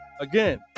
Again